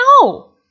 No